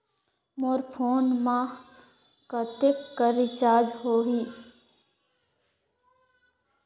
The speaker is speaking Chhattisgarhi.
मोर फोन मा कतेक कर रिचार्ज हो ही?